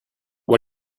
what